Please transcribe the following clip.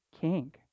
king